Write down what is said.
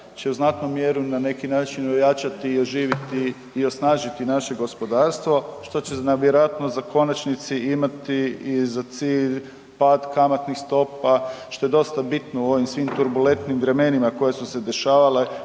će u znatnoj mjeri na neki način ojačati i oživjeti i osnažiti naše gospodarstvo što će vjerojatno za konačnici imati i za cilj pad kamatnih stopa što je dosta bitno u ovim svim turbulentnim vremenima koja su se dešavale,